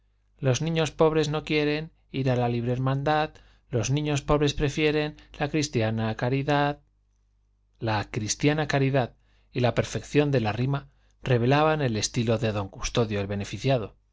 los niños pobres no quieren ir a la libre hermandad los niños pobres prefieren la cristiana caridad la cristiana caridad y la perfección de la rima revelaban el estilo de don custodio el beneficiado